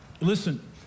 Listen